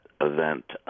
event